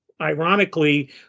ironically